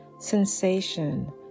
sensation